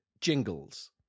Jingles